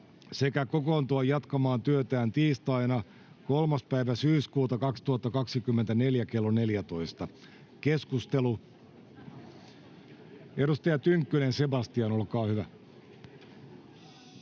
sekä kokoontua jatkamaan työtään tiistaina 3.9.2024 kello 14. — Keskustelu, edustaja Tynkkynen, Sebastian, olkaa hyvä.